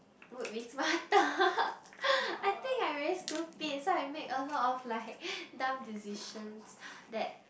would be smarter I think I very stupid so I make a lot of like dumb decisions that